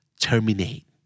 terminate